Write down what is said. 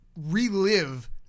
relive